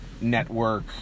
network